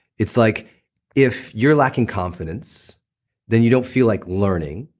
it's like if you're lacking confidence then you don't feel like learning,